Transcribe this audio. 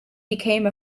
became